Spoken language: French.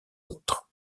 autres